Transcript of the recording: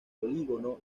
polígono